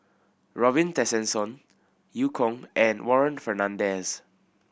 Robin Tessensohn Eu Kong and Warren Fernandez